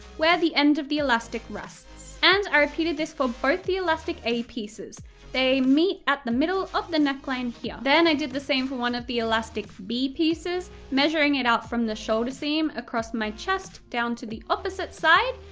where the end of the elastic rests. and i repeated this for both the elastic a pieces they meet at the middle of the neckline here. then i did the same for one of the elastic b pieces, measuring it out from the shoulder seam, across my chest, down to the opposite side,